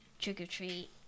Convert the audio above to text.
trick-or-treat